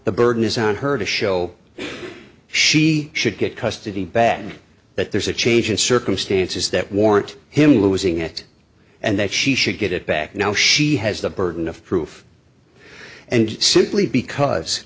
the burden is on her to show she should get custody bad but there's a change in circumstances that warrant him losing it and that she should get it back now she has the burden of proof and simply because